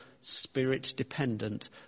spirit-dependent